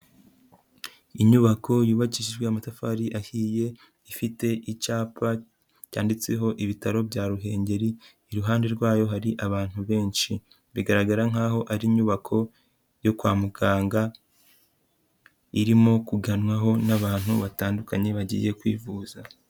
Inyubako yubakishijwe amatafari ahiye, ifite icyapa cyanditseho Ibitaro bya Ruhengeri. Iruhande rwayo hari abantu benshi. Bigaragara nk'aho ari inyubako yo kwa muganga, irimo kuganwaho n'abantu batandukanye bagiye kwivuza.